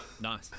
Nice